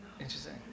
Interesting